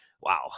wow